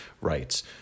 rights